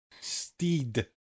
Steed